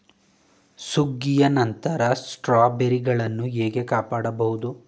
ಸುಗ್ಗಿಯ ನಂತರ ಸ್ಟ್ರಾಬೆರಿಗಳನ್ನು ಹೇಗೆ ಕಾಪಾಡ ಬಹುದು?